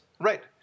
Right